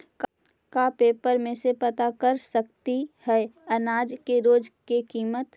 का पेपर में से पता कर सकती है अनाज के रोज के किमत?